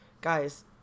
guys